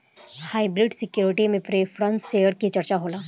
hybrid security में preference share के चर्चा होला